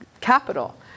capital